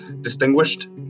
distinguished